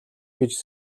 гэж